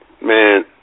man